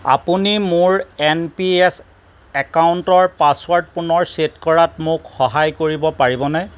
আপুনি মোৰ N P S একাউণ্টৰ পাছৱ'ৰ্ড পুনৰ চেট কৰাত মোক সহায় কৰিব পাৰিবনে